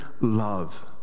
love